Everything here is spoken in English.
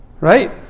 Right